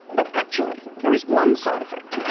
but actually, there is one side effect.